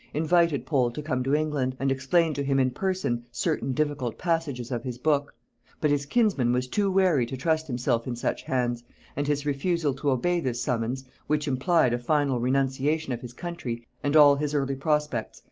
invited pole to come to england, and explain to him in person certain difficult passages of his book but his kinsman was too wary to trust himself in such hands and his refusal to obey this summons, which implied a final renunciation of his country and all his early prospects,